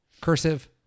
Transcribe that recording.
Cursive